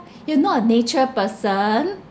you not a nature person